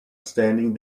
standing